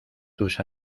tus